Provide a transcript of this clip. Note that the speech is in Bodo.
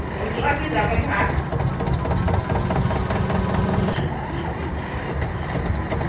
गस्ला गोजा बायखा